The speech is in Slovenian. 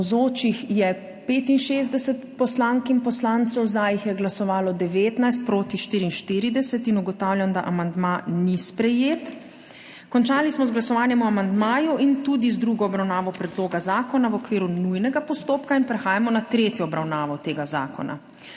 Navzočih je 65 poslank in poslancev, za je glasovalo 19, proti 44. (Za je glasovalo 19.) (Proti 44.) Ugotavljam, da amandma ni sprejet. Končali smo z glasovanjem o amandmaju in tudi z drugo obravnavo predloga zakona v okviru nujnega postopka. Prehajamo na tretjo obravnavo tega zakona.